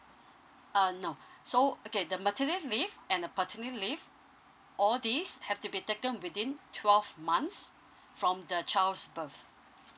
uh no so okay the maternity leave and the paternity leave all these have to be taken within twelve months from the child's birth